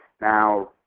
Now